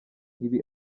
ibi